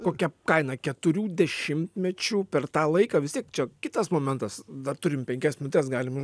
kokia kaina keturių dešimtmečių per tą laiką vis tiek čia kitas momentas dar turim penkias minutes galim ir